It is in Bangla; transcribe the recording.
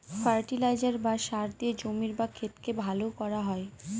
ফার্টিলাইজার বা সার দিয়ে জমির বা ক্ষেতকে ভালো করা হয়